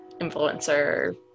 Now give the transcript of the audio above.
influencer